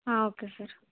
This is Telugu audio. okay sir